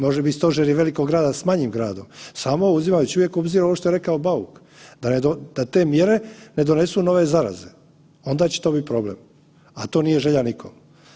Može biti stožeri velikog grada s manjim gradom, samo uzimajući uvijek u obzir ovo što je rekao Bauk, da te mjere ne donesu nove zaraze onda će to biti problem, a to nije želja nikom.